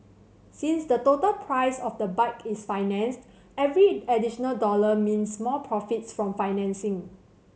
since the total price of the bike is financed every additional dollar means more profits from financing